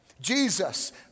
Jesus